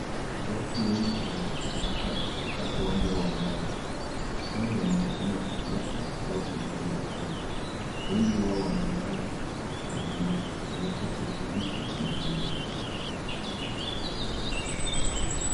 Watu wengi wamekusanyika katika uwanja wa nyayo labda ni mkutano wa kisiasa au tukio la spoti. Wengi wao wanaonekana kushangilia kuonyesha ushiriki mkubwa.